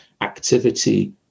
activity